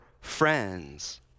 friends